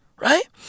Right